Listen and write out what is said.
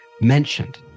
mentioned